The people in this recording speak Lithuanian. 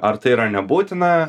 ar tai yra nebūtina